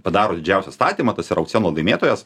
padaro didžiausią statymą tas yra aukciono laimėtojas